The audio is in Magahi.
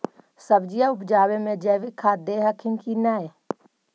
सब्जिया उपजाबे मे जैवीक खाद दे हखिन की नैय?